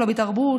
לא בתרבות,